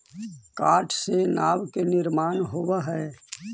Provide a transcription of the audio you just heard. काठ से नाव के निर्माण होवऽ हई